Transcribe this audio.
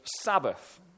Sabbath